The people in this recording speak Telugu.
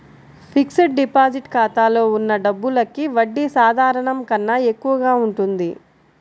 ఫిక్స్డ్ డిపాజిట్ ఖాతాలో ఉన్న డబ్బులకి వడ్డీ సాధారణం కన్నా ఎక్కువగా ఉంటుంది